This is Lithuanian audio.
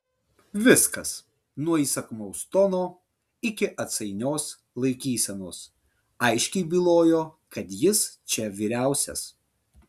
viskas nuo įsakmaus tono iki atsainios laikysenos aiškiai bylojo kad jis čia vyriausias